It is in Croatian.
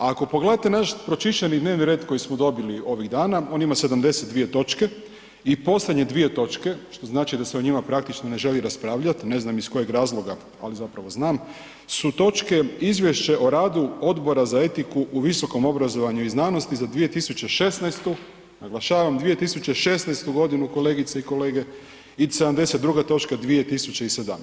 Ako pogledate naš pročišćeni dnevni red koji smo dobili ovih dana on ima 72. točke i posljednje 2 točke što znači da se o njima praktično ne želi raspravljati ne znam iz kojeg razloga, ali zapravo znam su točke Izvješće o radu Odbora za etiku u visokom obrazovanju i znanosti za 2016., naglašavam 2016. godinu kolegice i kolege i 72. točka 2017.